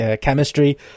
chemistry